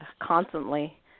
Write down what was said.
constantly